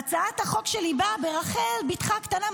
והצעת החוק שלי באה ברחל בתך הקטנה,